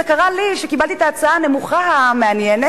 זה קרה לי שקיבלתי את ההצעה הנמוכה המעניינת,